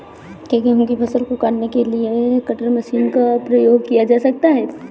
क्या गेहूँ की फसल को काटने के लिए कटर मशीन का उपयोग किया जा सकता है?